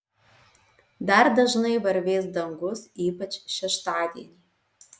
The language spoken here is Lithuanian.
dar dažnai varvės dangus ypač šeštadienį